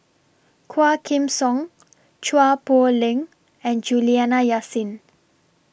Quah Kim Song Chua Poh Leng and Juliana Yasin